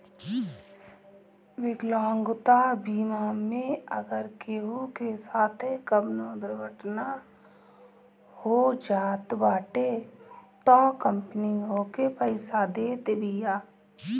विकलांगता बीमा मे अगर केहू के साथे कवनो दुर्घटना हो जात बाटे तअ कंपनी ओके पईसा देत बिया